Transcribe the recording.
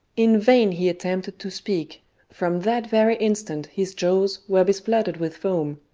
in vain he attempted to speak from that very instant his jaws were bespluttered with foam,